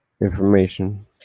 information